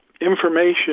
information